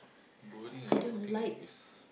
bowling I think is